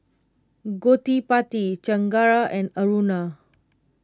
Gottipati Chengara and Aruna